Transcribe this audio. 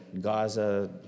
Gaza